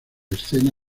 escena